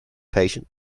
patient